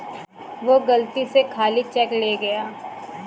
वो गलती से खाली चेक ले गया